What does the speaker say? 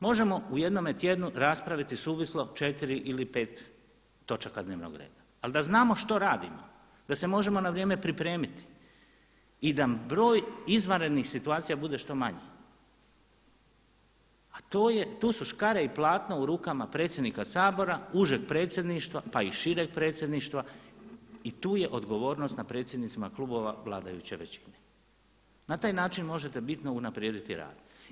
Možemo u jednome tjednu raspraviti suvislo 4 ili 5 točaka dnevnog reda ali da znamo što radimo, da se možemo na vrijeme pripremiti i da broj izvanrednih situacija bude što manji a to je, tu su škare i platno u rukama predsjednika Sabora, užeg predsjedništva pa i šireg predsjedništva i tu je odgovornost na predsjednicima klubova vladajuće većine, na taj način možete bitno unaprijediti rad.